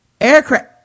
Aircraft